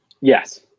Yes